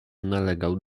nalegał